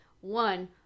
One